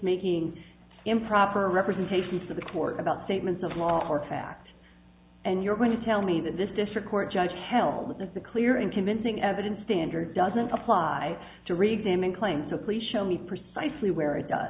making improper representations to the court about statements of law or fact and you're going to tell me that this district court judge held that the clear and convincing evidence standard doesn't apply to read them and claim so please show me precisely where it does